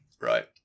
Right